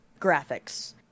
graphics